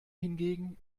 hingegen